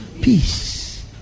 peace